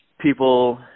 people